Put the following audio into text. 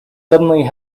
suddenly